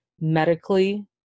medically